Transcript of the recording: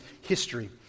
history